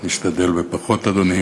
אני אשתדל בפחות, אדוני.